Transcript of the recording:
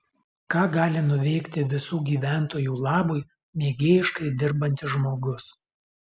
ką gali nuveikti visų gyventojų labui mėgėjiškai dirbantis žmogus